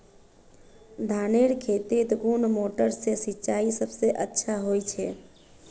धानेर खेतोत कुन मोटर से सिंचाई सबसे अच्छा होचए?